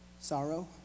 sorrow